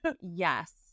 Yes